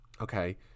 Okay